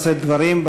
לשאת דברים.